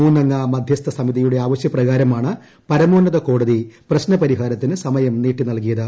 മൂന്നംഗ മധ്യസ്ഥ സമിതിയുടെ ആവശ്യ പ്രകാരമാണ് പരമോന്നത കോടതി പ്രശ്നപരിഹാരത്തിന് സമയം നീട്ടിനൽകിയത്